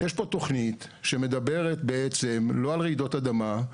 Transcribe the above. יש פה תכנית שמדברת בעצם לא על רעידות אדמה,